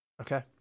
Okay